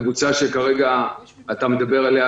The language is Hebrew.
הקבוצה שכרגע אתה מדבר עליה,